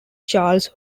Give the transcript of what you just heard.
charles